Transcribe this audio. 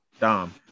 Dom